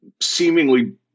seemingly